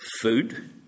food